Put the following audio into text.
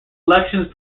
elections